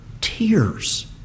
tears